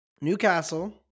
Newcastle